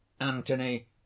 Antony